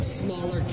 smaller